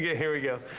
yeah here we go.